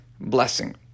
blessing